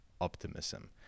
optimism